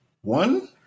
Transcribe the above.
one